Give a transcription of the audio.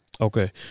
Okay